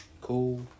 Cool